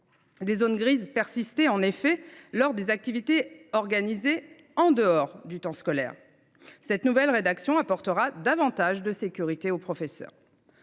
Des zones grises persistaient en effet pour ce qui est des activités organisées en dehors du temps scolaire. Cette nouvelle rédaction apportera davantage de sécurité aux professeurs.